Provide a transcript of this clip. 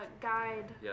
guide